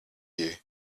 you